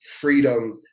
freedom